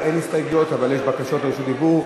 אין הסתייגויות אבל יש בקשות רשות דיבור.